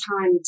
time